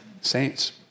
saints